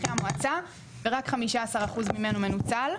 ורק 15 אחוז ממנו מנוצלים.